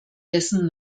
dessen